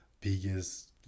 biggest